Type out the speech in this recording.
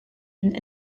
been